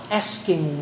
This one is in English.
asking